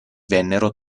vennero